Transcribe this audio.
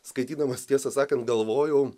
skaitydamas tiesą sakant galvojau